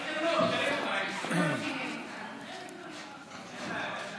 כי יש לכם רוב.